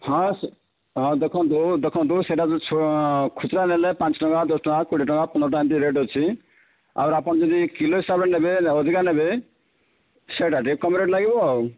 ହଁ ହଁ ଦେଖନ୍ତୁ ଦେଖନ୍ତୁ ସେଇଟା ଖୁଚୁରା ନେଲେ ପାଞ୍ଚ ଟଙ୍କା ଦଶ ଟଙ୍କା କୋଡ଼ିଏ ଟଙ୍କା ପନ୍ଦର ଟଙ୍କା ଏମିତି ରେଟ ଅଛି ଆର ଆପଣ ଯଦି କିଲୋ ହିସାବରେ ନେବେ ଅଧିକା ନେବେ ସେଇଟା ଟିକେ କମ ରେଟ ଲାଗିବ ଆଉ